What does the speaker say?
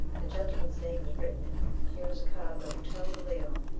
the gentleman's name is written in it, and here is a card of the hotel de leon,